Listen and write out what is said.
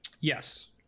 yes